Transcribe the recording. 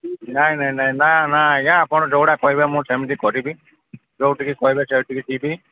ନାଇଁ ନାଇଁ ନାଇଁ ନା ନା ଆଜ୍ଞା ଆପଣ ଯୋଉଟା କହିବେ ମୁଁ ସେମିତି କରିବି ଯୋଉଠିକି କହିବେ ସେଠିକି ଯିବି